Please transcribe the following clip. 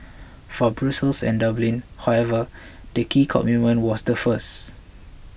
for Brussels and Dublin however the key commitment was the first